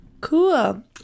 Cool